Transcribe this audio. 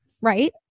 right